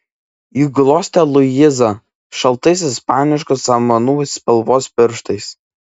ji glostė luizą šaltais ispaniškų samanų spalvos pirštais